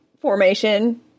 formation